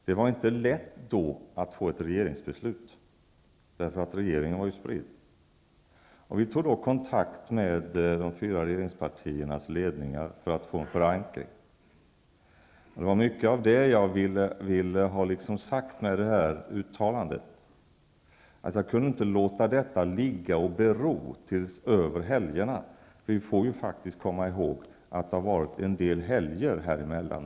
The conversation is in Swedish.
Det var inte lätt att då få ett regeringsbeslut, för regeringen var spridd. Vi tog kontakt med de fyra regeringspartiernas ledningar för att få en förankring. Det var mycket av det jag ville ha sagt med uttalandet. Jag kunde inte låta detta ligga och bero över helgerna. Vi får faktiskt komma ihåg att det har varit en del helger häremellan.